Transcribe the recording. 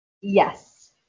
yes